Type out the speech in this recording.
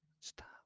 Stop